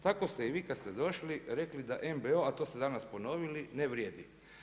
Tako ste i vi kad ste došli rekli da MBO, a to ste danas ponovili ne vrijedi.